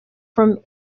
from